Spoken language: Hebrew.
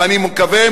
ואני מקווה,